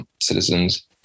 citizens